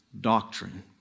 doctrine